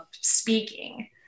speaking